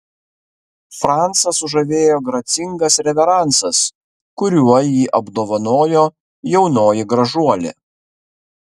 francą sužavėjo gracingas reveransas kuriuo jį apdovanojo jaunoji gražuolė